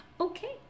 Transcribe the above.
okay